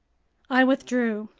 i withdrew.